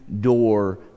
door